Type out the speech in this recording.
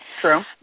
True